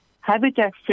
habitat